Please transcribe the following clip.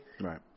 Right